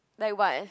like what